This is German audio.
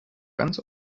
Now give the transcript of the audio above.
ganz